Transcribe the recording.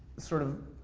sort of,